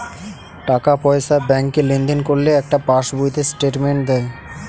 টাকা পয়সা ব্যাংকে লেনদেন করলে একটা পাশ বইতে স্টেটমেন্ট দেয়